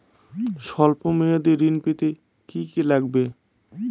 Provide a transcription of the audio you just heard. সল্প মেয়াদী ঋণ পেতে কি কি লাগবে?